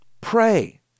pray